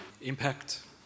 impact